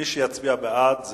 מי שיצביע בעד,